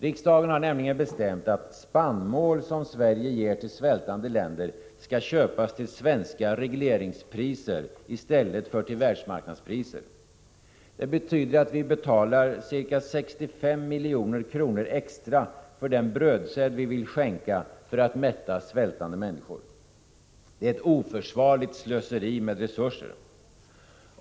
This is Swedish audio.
Riksdagen har nämligen bestämt, att spannmål som Sverige ger till svältande länder skall köpas till svenska regleringspriser i stället för till världsmarknadspriser. Det betyder att vi betalar ca 65 milj.kr. extra för den brödsäd vi vill skänka för att mätta svältande människor. Det är ett oförsvarligt slöseri med resurser.